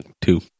Two